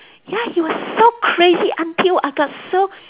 ya he was so crazy until I got so